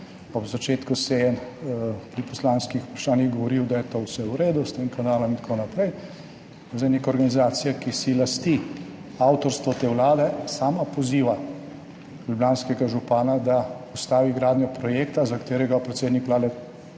ob začetku seje pri poslanskih vprašanjih govoril, da je vse v redu s tem kanalom in tako naprej, zdaj pa neka organizacija, ki si lasti avtorstvo te vlade, sama poziva ljubljanskega župana, da ustavi gradnjo projekta, za katerega je predsednik Vlade